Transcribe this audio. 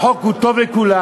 החוק הוא טוב לכולם,